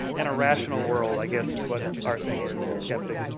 in a rational world i guess is what our thing is at skeptic,